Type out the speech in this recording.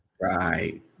Right